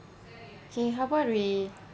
okay how about we